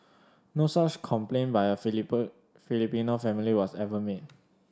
no such complaint by a Filipino family was ever made